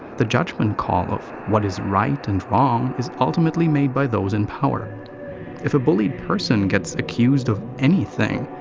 the judgement call of what is right and wrong is ultimately made by those in power if a bullied person gets accused of anything,